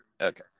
Okay